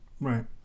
Right